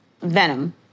Venom